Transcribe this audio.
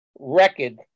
record